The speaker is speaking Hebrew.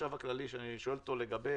החשב הכללי כשאני שואל אותו לגבי